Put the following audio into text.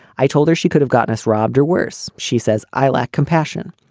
i told her she could have gotten us robbed or worse. she says i lack compassion.